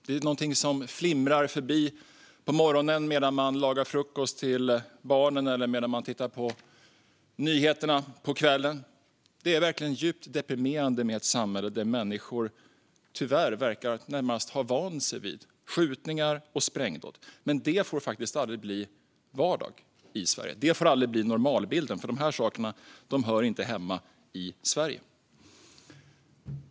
Det är någonting som flimrar förbi på morgonen medan man lagar frukost till barnen eller medan man tittar på nyheterna på kvällen. Det är verkligen djupt deprimerande med ett samhälle där människor tyvärr verkar ha vant sig vid skjutningar och sprängdåd. Men det får faktiskt aldrig bli vardag i Sverige. Det får aldrig bli normalbilden, för dessa saker hör inte hemma i Sverige.